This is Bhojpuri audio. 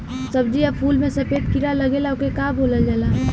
सब्ज़ी या फुल में सफेद कीड़ा लगेला ओके का बोलल जाला?